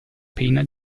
pena